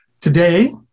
Today